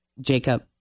Jacob